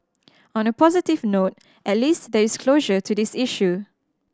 on a positive note at least there is closure to this issue